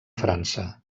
frança